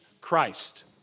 Christ